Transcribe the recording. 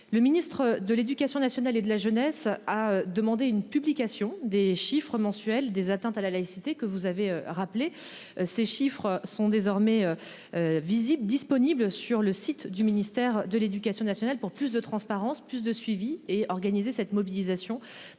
Le ministre de l'Éducation nationale et de la jeunesse a demandé une publication des chiffres mensuels des atteintes à la laïcité que vous avez rappelé ces chiffres sont désormais. Visibles disponible sur le site du ministère de l'Éducation nationale pour plus de transparence, plus de suivi et organisé cette mobilisation